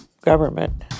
government